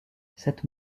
cette